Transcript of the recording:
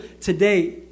today